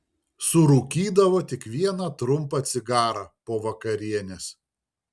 surūkydavo tik vieną trumpą cigarą po vakarienės